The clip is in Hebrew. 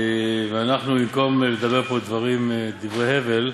ואנחנו, במקום לדבר פה דברי הבל,